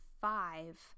five